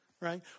right